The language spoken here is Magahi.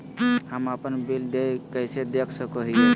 हम अपन बिल देय कैसे देख सको हियै?